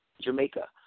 Jamaica